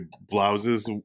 blouses